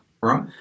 right